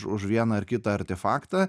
už vieną ar kitą artifaktą